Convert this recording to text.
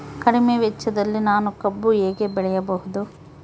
ಕಡಿಮೆ ವೆಚ್ಚದಲ್ಲಿ ನಾನು ಕಬ್ಬು ಹೇಗೆ ಬೆಳೆಯಬಹುದು?